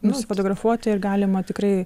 nusifotografuoti ir galima tikrai